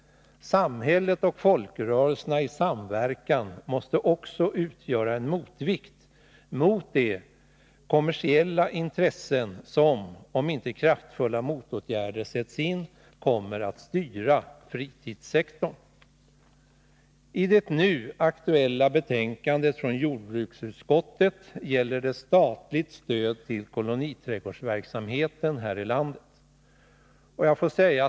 Samhället och folkrörelserna i samverkan måste också utgöra en motvikt mot de kommersiella intressen som, om inte kraftfulla motåtgärder sätts in, kommer att styra fritidssektorn. Det nu aktuella betänkandet från jordbruksutskottet gäller statligt stöd till koloniträdgårdsverksamheten här i landet.